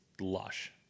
lush